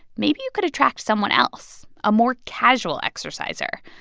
maybe you could attract someone else a more casual exerciser.